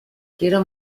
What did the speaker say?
quiero